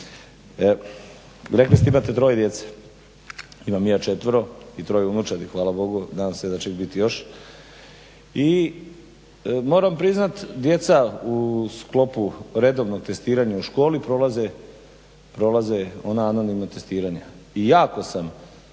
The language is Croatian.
Rekli ste imate troje djece imam i ja četvero i troje unučadi hvala Bogu nadam se da će ih biti još i moram priznati djeca u sklopu redovnog testiranja u školi prolaze ona anonimna testiranja i jako sam